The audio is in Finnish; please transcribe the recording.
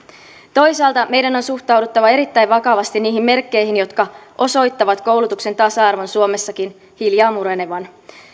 toisaalta meidän on suhtauduttava erittäin vakavasti niihin merkkeihin jotka osoittavat koulutuksen tasa arvon suomessakin hiljaa murenevan